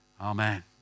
Amen